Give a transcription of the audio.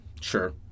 Sure